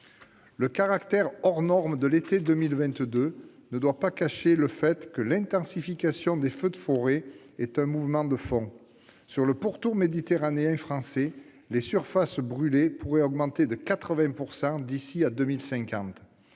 Le caractère hors-norme de l'été 2022 ne doit pas cacher le fait que l'intensification des feux de forêt est un mouvement de fond : sur le pourtour méditerranéen français, les surfaces brûlées pourraient augmenter de 80 % d'ici à 2050.